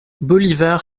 bolívar